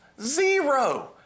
Zero